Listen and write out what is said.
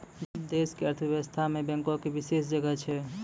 देश के अर्थव्यवस्था मे बैंको के विशेष जगह छै